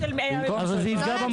אבל זה ייפגע במצב הקיים.